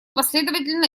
последовательно